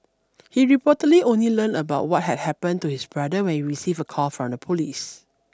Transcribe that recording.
he reportedly only learned about what had happened to his brother when we received a call from the police